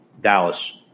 Dallas